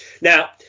now